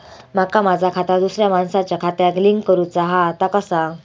माका माझा खाता दुसऱ्या मानसाच्या खात्याक लिंक करूचा हा ता कसा?